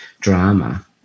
drama